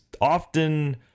often